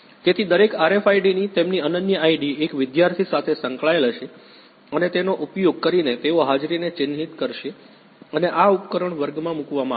તેથી દરેક RFID ની તેમની અનન્ય આઈડી એક વિદ્યાર્થી સાથે સંકળાયેલ હશે અને તેનો ઉપયોગ કરીને તેઓ હાજરીને ચિહ્નિત કરશે અને આ ઉપકરણ વર્ગમાં મૂકવામાં આવશે